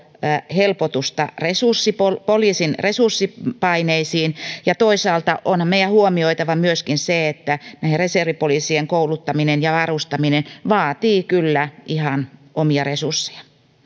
helpotusta poliisin resurssipaineisiin ja toisaalta onhan meidän huomioitava myöskin se että näiden reservipoliisien kouluttaminen ja varustaminen vaatii kyllä ihan omia resursseja